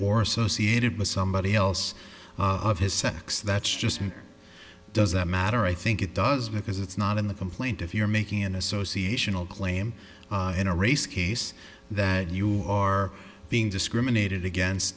or sociate it was somebody else of his sex that's just doesn't matter i think it does because it's not in the complaint if you're making an association will claim in a race case that you are being discriminated against